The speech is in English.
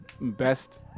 best